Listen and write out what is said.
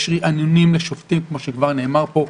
יש ריענון לשופטים, כמו שכבר נאמר פה,